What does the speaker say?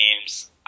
games